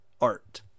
art